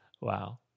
Wow